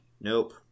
Nope